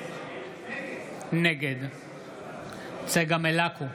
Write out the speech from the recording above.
נגד צגה מלקו,